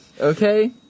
Okay